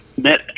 met